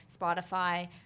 Spotify